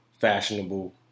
fashionable